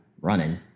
running